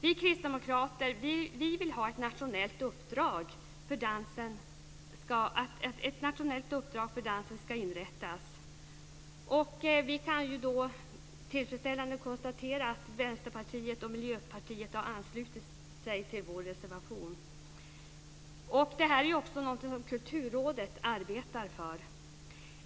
Vi kristdemokrater vill att ett nationellt uppdrag för dansen ska inrättas. Vi konstaterar med tillfredsställelse att Vänsterpartiet och Miljöpartiet har anslutit sig till vår reservation. Detta är också någonting som Kulturrådet arbetar för.